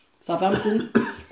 Southampton